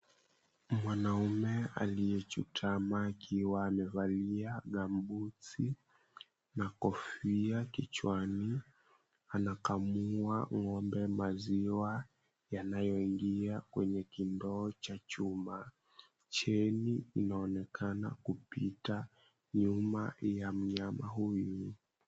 Mwanaume aliyechutama akiwa amevalia gumboots na kofia kichwani, anakamua ng'ombe maziwa yanayoingia kwenye kindoo cha chuma. Chain inaonekana kupita nyuma ya mnyama huyu.